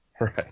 Right